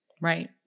Right